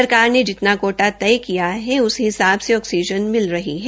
सरकार ने जितना कोटा तय किया गया है उस हिसाब से ऑक्सीजन मिल रही है